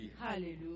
Hallelujah